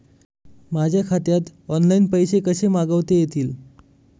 माझ्या खात्यात ऑनलाइन पैसे कसे मागवता येतील?